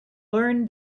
learn